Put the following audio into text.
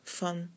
van